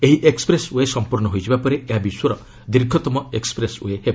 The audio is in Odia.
ଏହି ଏକୁପ୍ରେସ୍ ଓ୍ବେ ସମ୍ପର୍ଣ୍ଣ ହୋଇଯିବା ପରେ ଏହା ବିଶ୍ୱର ଦୀର୍ଘତମ ଏକ୍ନପ୍ରେସ୍ ଓ୍ବେ ହେବ